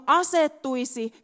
asettuisi